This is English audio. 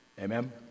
Amen